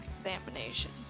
examination